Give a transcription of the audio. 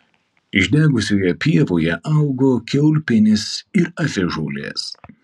išdegusioje pievoje augo kiaulpienės ir avižuolės